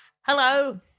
Hello